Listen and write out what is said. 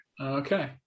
Okay